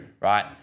right